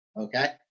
okay